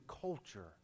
culture